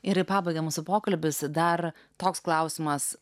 ir į pabaigą mūsų pokalbis dar toks klausimas